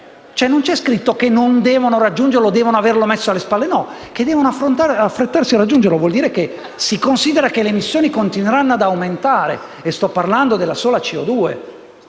Non c'è scritto che non devono raggiungerlo o che devono averlo messo alle spalle. C'è scritto invece che devono affrettarsi a raggiungerlo e ciò vuol dire che si considera che le emissioni continueranno ad aumentare e sto parlando della sola CO2.